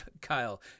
Kyle